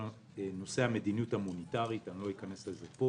הנושא המדיניות המוניטרית שאני לא אכנס לזה פה